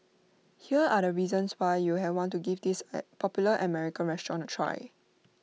here are the reasons why you have want to give this popular American restaurant A try